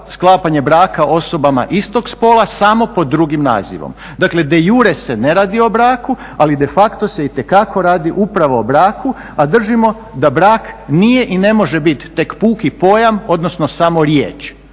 sklapanje braka osobama istog spola, samo pod drugim nazivom. Dakle de iure se ne radi o braku, ali de facto se itekako radi upravo o braku, a držimo da brak nije i ne može biti tek puki pojam odnosno samo riječ.